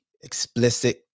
explicit